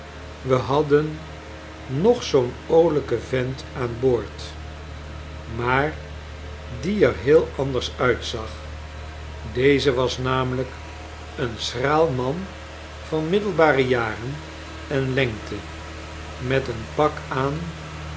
we hadden nog zoo'n oolijken vent aan boord maar die er heel anders uitzag deze was namelijk een schraal man van middelbare jaren en lengte met een pak aan